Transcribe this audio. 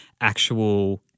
actual